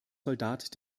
soldat